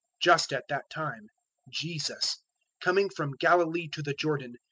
just at that time jesus coming from galilee to the jordan,